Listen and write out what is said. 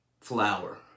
flour